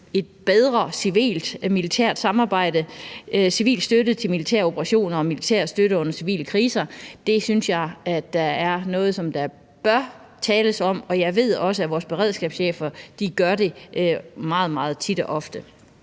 et bedre civilt-militært samarbejde, civil støtte til militære operationer og militær støtte under civile kriser. Det synes jeg er noget, der bør tales om, og jeg ved også, at vores beredskabschefer gør det meget, meget tit og ofte.